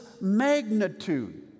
magnitude